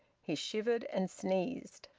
he shivered and sneezed.